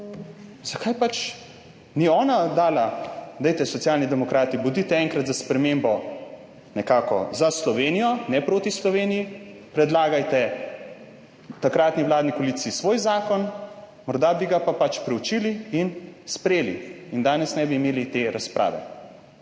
odločilo, ni dala? Dajte Socialni demokrati, bodite enkrat za spremembo nekako za Slovenijo, ne proti Sloveniji, predlagajte takratni vladni koaliciji svoj zakon. Morda bi ga pa preučili in sprejeli in danes ne bi imeli te razprave.